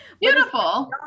beautiful